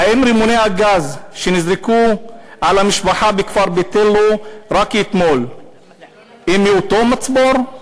האם רימוני הגז שנזרקו על המשפחה בכפר ביתילו רק אתמול הם מאותו מצבור?